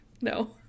No